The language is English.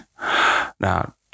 Now